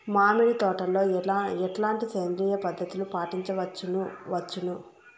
మామిడి తోటలో ఎట్లాంటి సేంద్రియ పద్ధతులు పాటించవచ్చును వచ్చును?